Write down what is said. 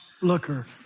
looker